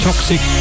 Toxic